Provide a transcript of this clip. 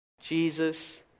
Jesus